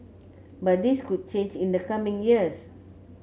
but this could change in the coming years